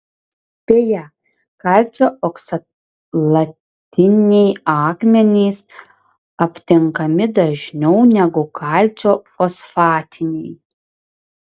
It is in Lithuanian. beje kalcio oksalatiniai akmenys aptinkami dažniau negu kalcio fosfatiniai